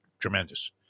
Tremendous